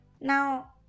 now